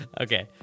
okay